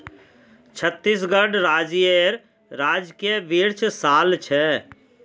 छत्तीसगढ़ राज्येर राजकीय वृक्ष साल छे